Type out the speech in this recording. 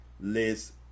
Liz